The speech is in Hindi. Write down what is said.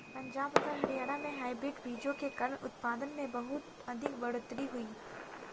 पंजाब तथा हरियाणा में हाइब्रिड बीजों के कारण उत्पादन में बहुत अधिक बढ़ोतरी हुई